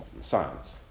science